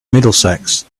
middlesex